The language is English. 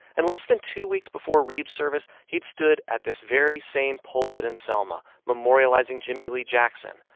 and less than two weeks before reeb's service, he'd stood at this very same pulpit in selma memorializing jimmie lee jackson,